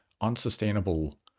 unsustainable